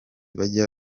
bazajya